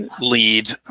lead